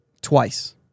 Twice